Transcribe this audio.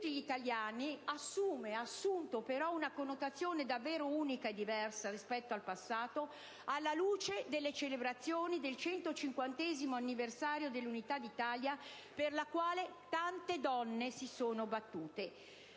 tutti gli italiani ha assunto però una connotazione davvero unica e diversa rispetto al passato, alla luce delle celebrazioni del 150° anniversario dell'Unità d'Italia, per la quale tante donne si sono battute.